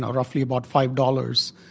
ah roughly about five dollars.